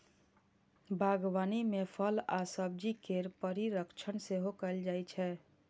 बागवानी मे फल आ सब्जी केर परीरक्षण सेहो कैल जाइ छै